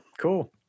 cool